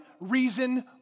reason